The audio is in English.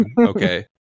okay